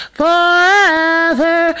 forever